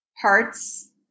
parts